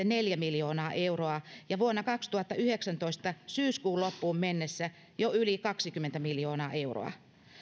neljä miljoonaa euroa vuonna kaksituhattakahdeksantoista ja vuonna kaksituhattayhdeksäntoista syyskuun loppuun mennessä jo yli kaksikymmentä miljoonaa euroa